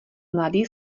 mladý